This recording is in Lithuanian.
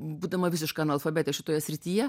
būdama visiška analfabetė šitoje srityje